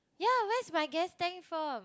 ya where's my gas tank from